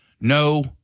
No